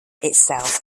itself